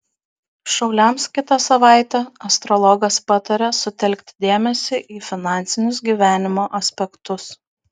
šauliams kitą savaitę astrologas pataria sutelkti dėmesį į finansinius gyvenimo aspektus